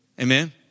Amen